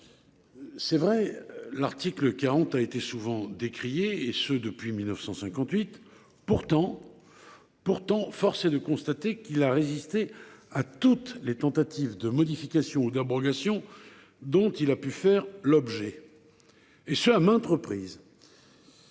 C’est vrai : l’article 40 a souvent été décrié, et ce dès 1958. Pourtant, force est de constater qu’il a résisté à toutes les tentatives de modification ou d’abrogation dont il a pu faire l’objet, et ce à maintes reprises.